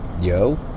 Yo